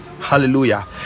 Hallelujah